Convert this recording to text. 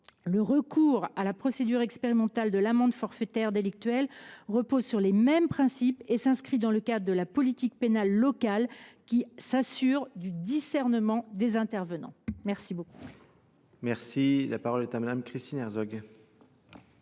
Le recours à la procédure expérimentale de l’amende forfaitaire délictuelle repose sur les mêmes principes. Il s’inscrit dans le cadre de la politique pénale locale, qui s’assure du discernement des intervenants. La parole est à Mme Christine Herzog,